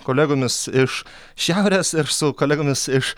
kolegomis iš šiaurės ir su kolegomis iš